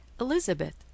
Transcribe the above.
Elizabeth